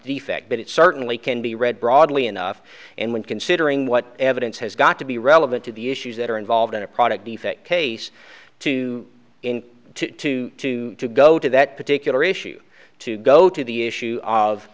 defect but it certainly can be read broadly enough and when considering what evidence has got to be relevant to the issues that are involved in a product defect case to in to two to go to that particular issue to go to the issue of